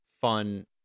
fun